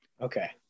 Okay